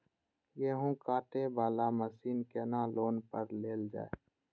गेहूँ काटे वाला मशीन केना लोन पर लेल जाय?